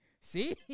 see